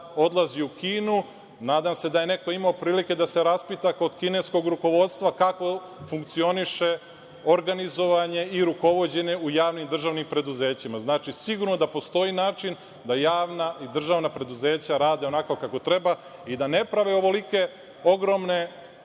odlazi u Kinu, nadam se da je neko imao prilike da se raspita kod kineskog rukovodstva kako funkcioniše organizovanje i rukovođenje u javnim državnim preduzećima. Sigurno da postoji način da javna i državna preduzeća rade onako kako treba i da ne prave ovolike ogromne